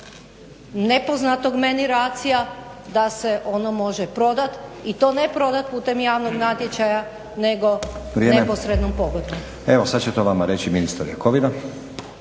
nepoznatog meni ratia da se ono može prodat i to ne prodat putem javnog natječaja nego neposrednom pogodbom. **Stazić, Nenad (SDP)** Evo sad će to vama reći ministar Jakovina.